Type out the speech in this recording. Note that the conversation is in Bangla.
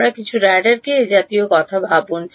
আমরা কিছু রাডারকে এ জাতীয় কথা ভাবুন